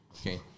okay